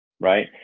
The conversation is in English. right